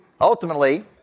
Ultimately